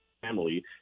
family